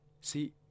See